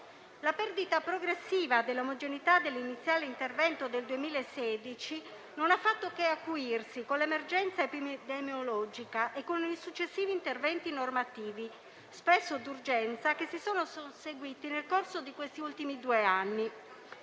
La perdita progressiva dell'omogeneità dell'iniziale intervento del 2016 non ha fatto che acuirsi con l'emergenza epidemiologica e con i successivi interventi normativi, spesso d'urgenza, che si sono susseguiti nel corso di questi ultimi due anni.